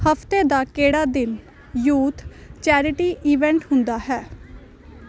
ਹਫ਼ਤੇ ਦਾ ਕਿਹੜਾ ਦਿਨ ਯੂਥ ਚੈਰਿਟੀ ਈਵੈਂਟ ਹੁੰਦਾ ਹੈ